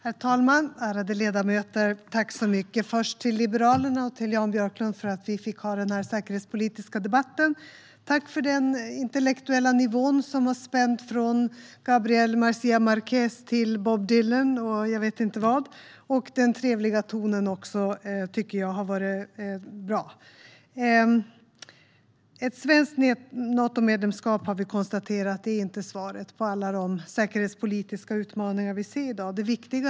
Aktuell debatt om Sveriges säkerhets-politiska situation Herr talman och ärade ledamöter! Jag tackar Liberalerna och Jan Björklund för att vi fick ha den här säkerhetspolitiska debatten. Tack också för den intellektuella nivån, som har spänt från Gabriel García Márquez till Bob Dylan och jag vet inte vad. Tack även för den trevliga tonen, som jag tycker har varit bra. Ett svenskt Natomedlemskap är inte svaret på alla de säkerhetspolitiska utmaningar vi ser i dag, har vi konstaterat.